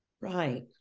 Right